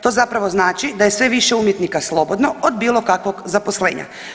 To zapravo znači da je sve više umjetnika slobodno od bilo kakvog zaposlenja.